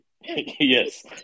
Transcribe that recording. yes